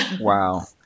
Wow